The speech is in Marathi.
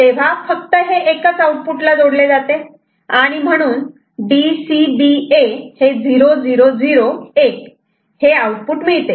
तेव्हा फक्त हे एकच आउटपुट ला जोडले जाते आणि म्हणून DCBA 0001 हे आउटपुट मिळते